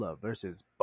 versus